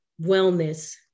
wellness